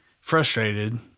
frustrated